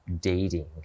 dating